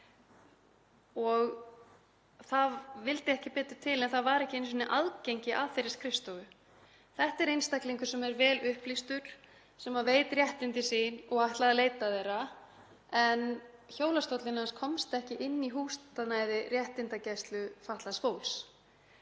og það vildi ekki betur til en að það var ekki einu sinni aðgengi að þeirri skrifstofu. Þetta er einstaklingur sem er vel upplýstur og veit réttindi sín og ætlaði að leita þeirra en hjólastóllinn hans komst ekki inn í húsnæði réttindagæslu fatlaðs fólks.